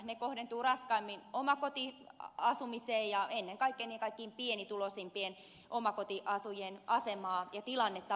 ne kohdentuvat raskaimmin omakotiasumiseen ja vaikeuttavat ennen kaikkea niiden kaikkein pienituloisimpien omakotiasujien asemaa ja tilannetta